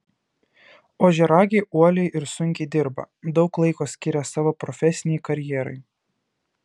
ožiaragiai uoliai ir sunkiai dirba daug laiko skiria savo profesinei karjerai